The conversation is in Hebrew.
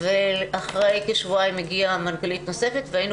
ואחרי כשבועיים הגיעה מנכ"לית נוספת והיינו